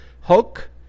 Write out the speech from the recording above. Hulk